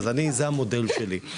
זה המודל שלי.